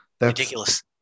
ridiculous